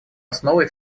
основой